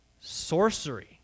sorcery